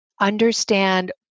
understand